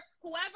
whoever